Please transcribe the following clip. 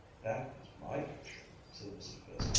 that is my picture, said mrs. fiske,